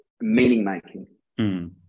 meaning-making